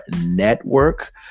network